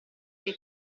che